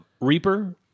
Reaper